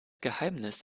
geheimnis